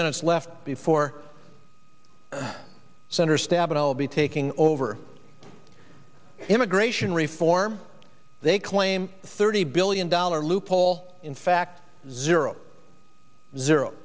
minutes left before senator stabenow i'll be taking over immigration reform they claim thirty billion dollars loophole in fact zero zero